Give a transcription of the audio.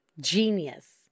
genius